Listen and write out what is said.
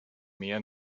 meer